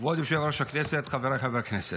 כבוד היושב-ראש, חבריי חברי הכנסת,